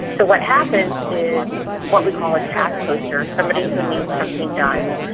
but what happens is what we call a task poster, somebody who needs something done,